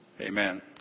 Amen